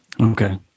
Okay